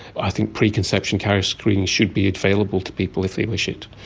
i think preconception carrier screening should be available to people if they wish it.